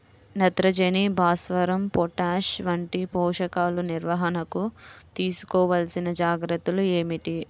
నత్రజని, భాస్వరం, పొటాష్ వంటి పోషకాల నిర్వహణకు తీసుకోవలసిన జాగ్రత్తలు ఏమిటీ?